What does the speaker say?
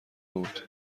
بود